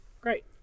Great